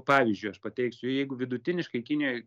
pavyzdžiui aš pateiksiu jeigu vidutiniškai kinijoj